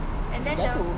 jatuh